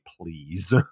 please